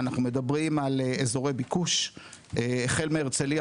אנחנו מדברים על אזורי ביקוש החל מהרצלייה